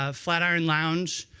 ah flatiron lounge,